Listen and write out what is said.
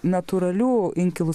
natūralių inkilus